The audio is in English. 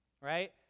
right